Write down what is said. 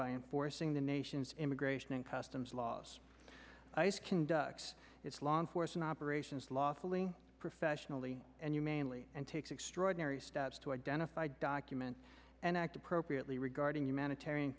and forcing the nation's immigration and customs laws ice conducts its law enforcement operations lawfully professionally and you mainly and takes extraordinary steps to identify document and act appropriately regarding humanitarian